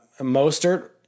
Mostert